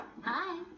hi